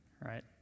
Right